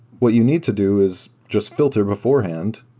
what you need to do is just filter beforehand,